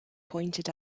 pointed